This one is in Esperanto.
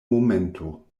momento